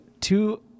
two